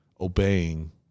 obeying